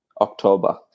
October